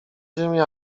ziemię